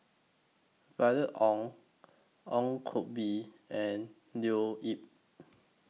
Violet Oon Ong Koh Bee and Leo Yip